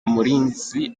umurinzi